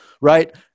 right